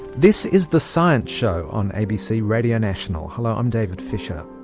this is the science show on abc radio national, hello i'm david fisher.